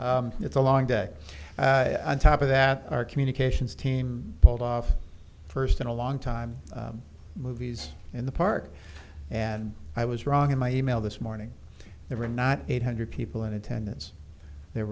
weariness it's a long day on top of that our communications team pulled off first in a long time movies in the park and i was wrong in my email this morning they were not eight hundred people in attendance there